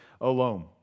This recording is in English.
alone